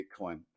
Bitcoin